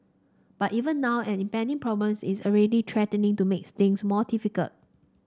but even now an impending problem is already threatening to make things more difficult